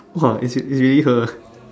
!wah! it's it's really her eh